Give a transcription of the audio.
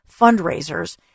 fundraisers